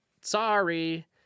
sorry